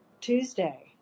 Tuesday